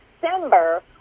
December